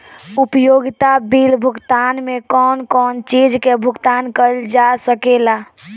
उपयोगिता बिल भुगतान में कौन कौन चीज के भुगतान कइल जा सके ला?